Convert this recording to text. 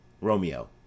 Romeo